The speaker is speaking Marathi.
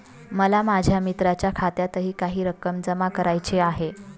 मला माझ्या मित्राच्या खात्यातही काही रक्कम जमा करायची आहे